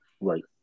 Right